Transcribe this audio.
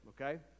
Okay